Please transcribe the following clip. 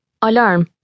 Alarm